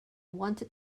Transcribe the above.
wanted